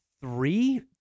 three